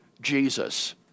Jesus